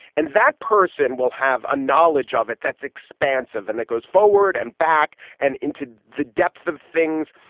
and that person will have a knowledge of it. that's expansive and that goes forward and back and into the depth of things.